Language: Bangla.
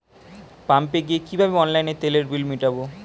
পাম্পে গিয়ে কিভাবে অনলাইনে তেলের বিল মিটাব?